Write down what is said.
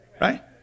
right